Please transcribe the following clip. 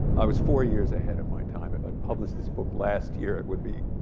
i was four years ahead of my time. if i'd published this book last year, it would be.